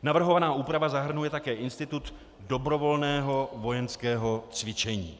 Navrhovaná úprava zahrnuje také institut dobrovolného vojenského cvičení.